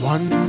One